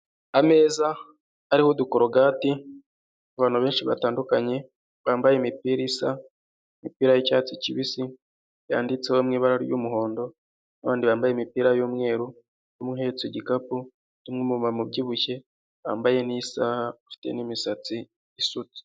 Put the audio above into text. Ameza ariho udukorogati, abantu benshi batandukanye bambaye imipira isa imipira yicyatsi kibisi yanditseho mu ibara ry'umuhondo abandi bambaye imipira yumweru muhetse i harimo muhetse gikapu cyuyuma mubyibushye wambaye nisaha ufite n'imisatsi isutse.